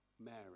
Mary